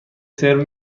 سرو